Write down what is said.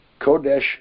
Kodesh